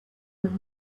him